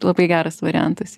labai geras variantas